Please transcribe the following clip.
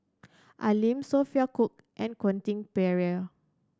Al Lim Sophia Cooke and Quentin Pereira